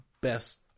best